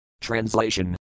Translation